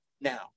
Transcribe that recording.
now